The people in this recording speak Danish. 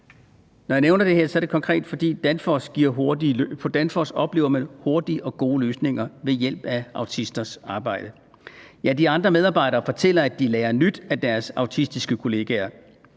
Når jeg nævner det her, er det konkret, fordi man på Danfoss oplever hurtige og gode løsninger ved hjælp af autisters arbejde. Ja, de andre medarbejdere fortæller, at de lærer nyt af deres autistiske kollegaer.